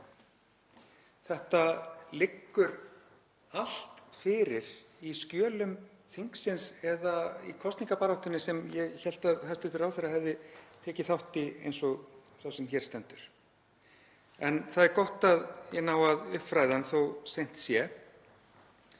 Þetta liggur allt fyrir í skjölum þingsins eða í kosningabaráttunni sem ég hélt að hæstv. ráðherra hefði tekið þátt í eins og sá sem hér stendur. En það er gott að ég nái að uppfræða hann þótt seint sé.